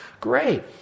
Great